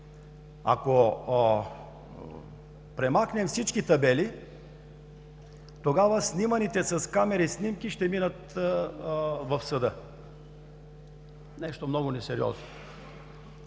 ако премахнем всички табели, тогава сниманите с камери снимки ще минат в съда. Нещо много несериозно!